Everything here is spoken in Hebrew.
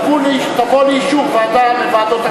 תבוא לאישור ועדה מוועדות הכנסת?